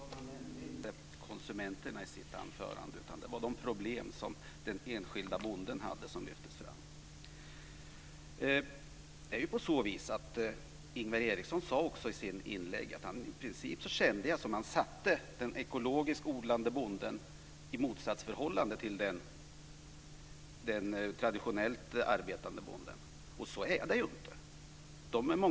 Fru talman! Ingvar Eriksson nämnde inte konsumenterna i sitt anförande, utan det var de problem som den enskilde bonden hade som lyftes fram. Jag kände det som om Ingvar Eriksson i sitt inlägg satte den ekologiskt odlande bonden i motsatsförhållande till den traditionellt arbetande bonden. Det kan man inte göra.